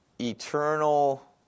eternal